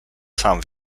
sam